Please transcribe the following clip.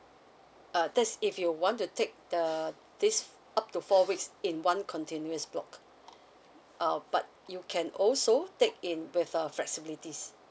uh that's if you want to take the this up to four weeks in one continuous block uh but you can also take in with a flexibilities